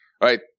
right